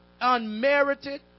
unmerited